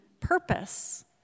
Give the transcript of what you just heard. purpose